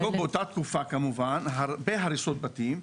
באותה תקופה, כמובן, היו הרבה הריסות בתים.